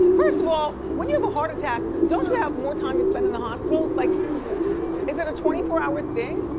first of all, when you have a heart attack, don't you have more time to spend in the hospital? like is it a twenty four hour thing?